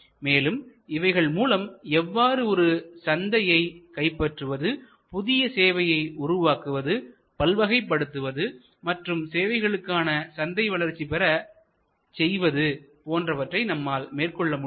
மேலும் இவைகள் மூலம் எவ்வாறு ஒரு சந்தையைக் கைப்பற்றுவதுபுதிய சேவையை உருவாக்குவது பல்வகைப்படுத்துவது மற்றும் சேவைக்கான சந்தையை வளர்ச்சி பெற செய்வது போன்றவற்றை நம்மால் மேற்கொள்ளமுடியும்